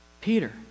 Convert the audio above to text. Peter